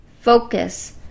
focus